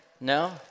No